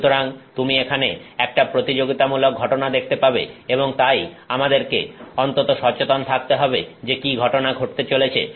সুতরাং তুমি এখানে একটা প্রতিযোগিতামূলক ঘটনা দেখতে পাবে এবং তাই আমাদেরকে অন্তত সচেতন থাকতে হবে যে কি ঘটনা ঘটতে চলেছে